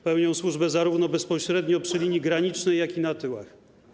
Pełnią służbę zarówno bezpośrednio przy linii granicznej, jak i na tyłach.